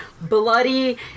bloody